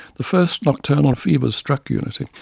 the first nocturnal fevers struck unity,